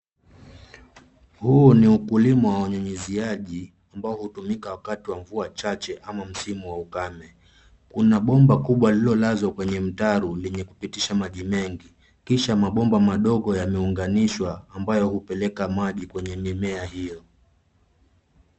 Huu ni ukulima wa unyunyuziaji ambao hutumika wakati wa mvua mchache au msimu wa ukame kuna bomba kubwa lililolazwa kwenye mtaro ili kupitisha maji mengi kisha mabomba madogo yameunganishwa ambayo hupeleka maji kwenye mimea hio